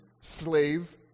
slave